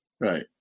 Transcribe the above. Right